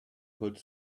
could